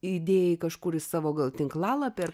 įdėjai kažkur į savo gal tinklalapį ar